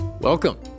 Welcome